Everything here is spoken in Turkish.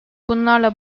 bunlarla